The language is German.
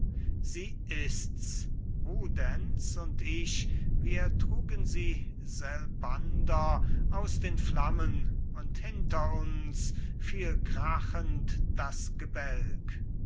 sie ist's rudenz und ich wir trugen sie selbander aus den flammen und hinter uns fiel krachend das gebälk